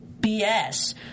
BS